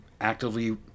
actively